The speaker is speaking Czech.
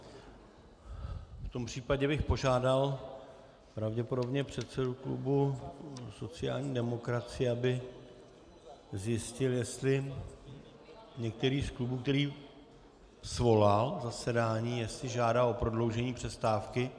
V tom případě bych požádal pravděpodobně předsedu klubu sociální demokracie, aby zjistil, jestli některý z klubů, který svolal zasedání, žádá o prodloužení přestávky.